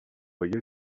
باید